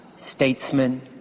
Statesman